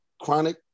Chronic